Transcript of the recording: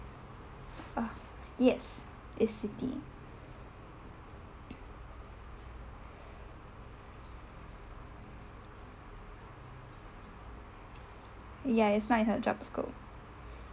uh yes it's siti ya it's not in her job scope